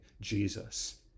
jesus